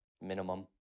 minimum